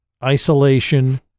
isolation